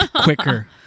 quicker